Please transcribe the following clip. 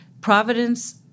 Providence